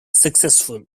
successful